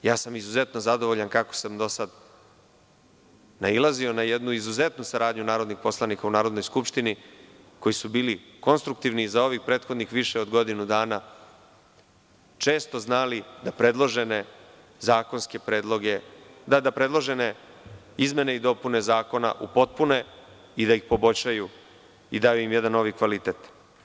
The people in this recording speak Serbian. Izuzetno sam zadovoljan kako sam sada nailazio na jednu izuzetnu saradnju narodnih poslanika u Narodnoj skupštini koji su bili konstruktivni za ovih prethodnih više od godinu dana, često znali da predložene zakonske predloge, da predložene izmene i dopune zakona upotpune i da ih poboljšaju i daju im jedan novi kvalitet.